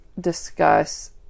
discuss